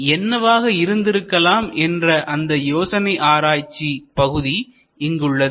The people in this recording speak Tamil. என்னவாக இருந்திருக்கலாம் என்ற அந்த யோசனை ஆராய்ச்சி பகுதி இங்கு உள்ளது